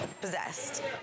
possessed